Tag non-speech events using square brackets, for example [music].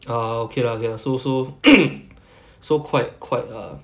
ah okay lah okay lah so so [noise] so quite quite err